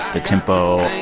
the tempo.